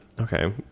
Okay